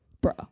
bro